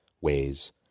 ways